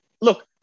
look